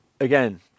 again